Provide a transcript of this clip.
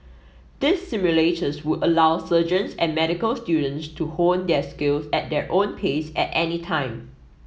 these simulators would allow surgeons and medical students to hone their skills at their own pace at any time